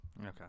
Okay